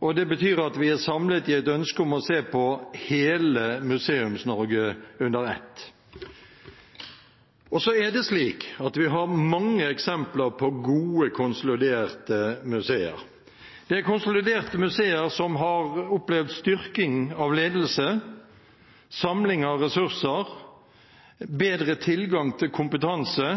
og det betyr at vi er samlet i et ønske om å se på hele Museums-Norge under ett. Vi har mange eksempler på gode, konsoliderte museer. Det er konsoliderte museer som har opplevd styrking av ledelse, samling av ressurser, bedre tilgang til kompetanse